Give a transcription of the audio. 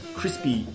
crispy